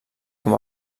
com